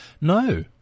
No